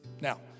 Now